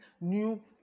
new